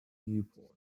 newport